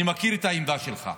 אני מכיר את העמדה שלך,